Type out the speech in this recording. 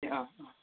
ए अँ